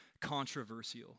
controversial